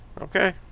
okay